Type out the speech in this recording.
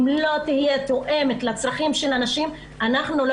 אם לא תהיה תואמת לצרכים של הנשים אנחנו לא